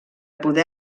poder